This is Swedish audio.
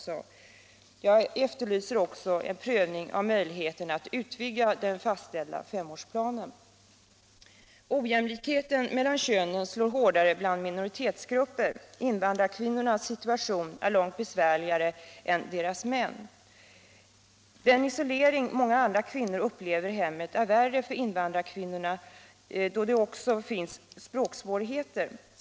Jag efterlyser också en prövning av möjligheten att utvidga den fastställda femårsplanen. Ojämlikheten mellan könen slår hårdare bland minoritetsgrupper. Invandrarkvinnornas situation är långt besvärligare än männens. Den isolering många kvinnor upplever i hemmet är värre för invandrarkvinnorna eftersom de också har språksvårigheter.